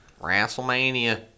WrestleMania